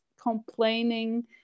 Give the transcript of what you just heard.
complaining